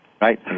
Right